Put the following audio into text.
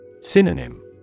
Synonym